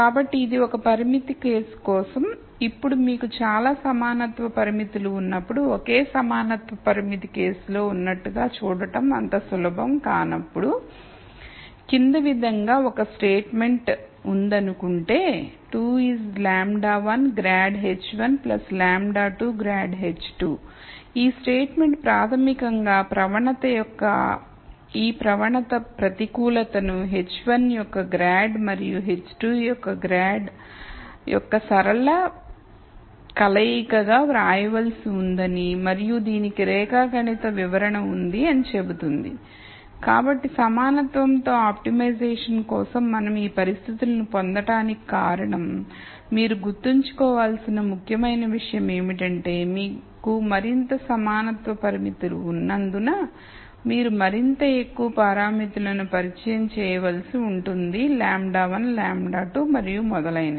కాబట్టి ఇది ఒక పరిమితి కేసు కోసం ఇప్పుడు మీకు చాలా సమానత్వ పరిమితులు ఉన్నప్పుడు ఒకే సమానత్వ పరిమితి కేసులో ఉన్నట్లుగా చూడటం అంత సులభం కానప్పుడు క్రింద విధంగా ఒక స్టేట్మెంట్ ఉందనుకుంటే 2 is λ 1 grad h1 λ 2 grad h2 ఈ స్టేట్మెంట్ ప్రాథమికంగా ప్రవణత యొక్క ఈ ప్రవణత ప్రతికూలతను హెచ్ 1 యొక్క గ్రాడ్ మరియు హెచ్ 2 యొక్క గ్రాడ్ యొక్క సరళ కలయికగా వ్రాయవలసి ఉందని మరియు దీనికి రేఖాగణిత వివరణ ఉంది అని చెబుతుంది కాబట్టి సమానత్వంతో ఆప్టిమైజేషన్ కోసం మనం ఈ పరిస్థితులను పొందటానికి కారణం మీరు గుర్తుంచుకోవాల్సిన ముఖ్య విషయం ఏమిటంటే మీకు మరింత సమానత్వ పరిమితులు ఉన్నందున మీరు మరింత ఎక్కువ పారామితులను పరిచయం చేయవలసి ఉంటుంది λ1 λ2 మరియు మొదలైనవి